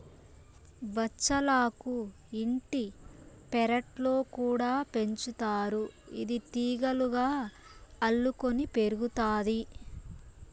బచ్చలాకు ఇంటి పెరట్లో కూడా పెంచుతారు, ఇది తీగలుగా అల్లుకొని పెరుగుతాది